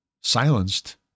silenced